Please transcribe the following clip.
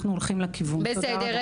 אנחנו הולכים לכיוון הזה.